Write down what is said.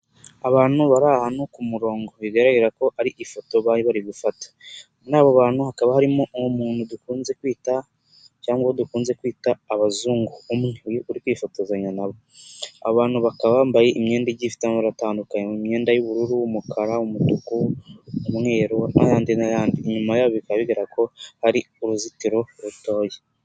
Abantu bari ahantu ku murongo bigaragara ko ari ifoto bari bari gufata. Muri abo bantu hakaba harimo umuntu dukunze kwita cyangwa dukunze kwita abazungu umwe uri kwifotozanya na bo. Abantu bakaba bambaye imyenda igiye ifite amabara atandukanye mu myenda y'ubururu, umukara, umutuku, umweru n'ayandi n'ayandi. Inyuma yabo bikaba bigaragara ko hari uruzitiro rutoya.